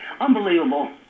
Unbelievable